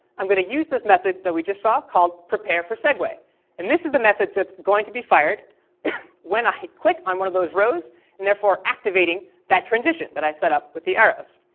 i'm going to use this method that we just saw called prepareforsegue, and this is the method that's going to be fired when i click on one of those rows and therefore activating that transition that i set up with the arrows.